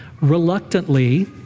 reluctantly